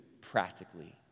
practically